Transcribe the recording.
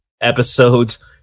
episodes